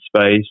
space